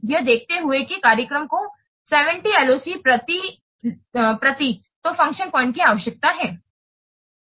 यह देखते हुए कि कार्यक्रम को 70 LOC प्रति तोफ़ंक्शन पॉइंट की आवश्यकता है